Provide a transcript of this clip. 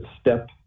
step